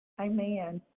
Amen